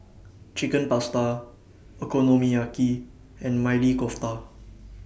Chicken Pasta Okonomiyaki and Maili Kofta